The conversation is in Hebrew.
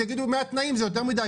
יגידו ש-100 תנאים זה יותר מדי,